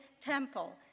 temple